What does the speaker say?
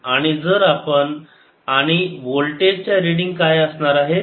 आणि जर आपण आणि वोल्टेज च्या रीडिंग काय असणार आहे